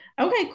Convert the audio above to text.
Okay